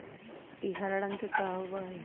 ई हरा रंग के होबा हई